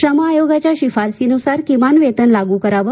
श्रम आयोगाच्या शिफारशीनुसार किमान वेतन लागू करावे